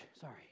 Sorry